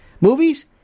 movies